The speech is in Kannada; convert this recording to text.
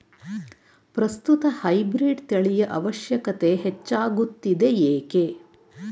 ಪ್ರಸ್ತುತ ಹೈಬ್ರೀಡ್ ತಳಿಯ ಅವಶ್ಯಕತೆ ಹೆಚ್ಚಾಗುತ್ತಿದೆ ಏಕೆ?